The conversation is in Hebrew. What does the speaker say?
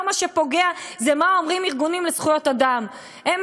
לא מה שאומרים ארגונים לזכויות האדם זה מה שפוגע.